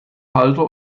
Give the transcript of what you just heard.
halter